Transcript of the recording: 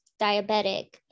diabetic